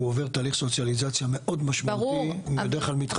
הוא עובר תהליך סוציאליזציה מאוד משמעותי הוא בדרך כלל מתחתן ויוצא.